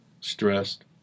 stressed